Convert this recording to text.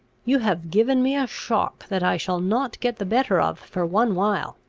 you have given me a shock that i shall not get the better of for one while.